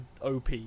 OP